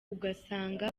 ugasanga